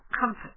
comfort